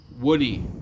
Woody